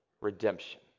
redemption